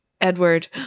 edward